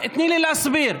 תני לי להסביר.